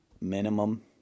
minimum